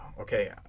Okay